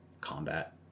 combat